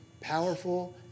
powerful